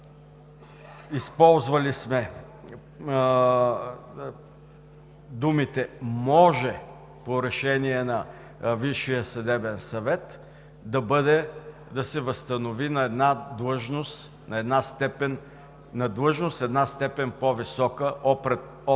използвали сме думите „може по решение на Висшия съдебен съвет“, да се възстанови на длъжност с една степен по-висока от